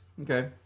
Okay